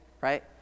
right